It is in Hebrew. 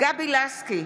גבי לסקי,